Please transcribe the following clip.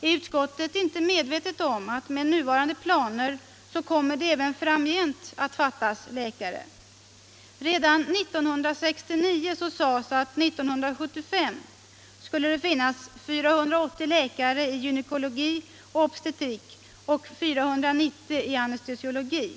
Är utskottet inte medvetet om att med nuvarande planer kommer det även framgent att fattas läkare? Redan 1969 sades det att 1975 skulle det finnas 480 läkare i gynekologi och obstetrik och 490 i anestesiologi.